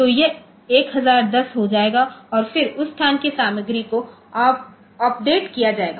तो यह 1010 हो जाएगा और फिर उस स्थान की सामग्री को अपडेट किया जाएगा